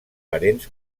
parents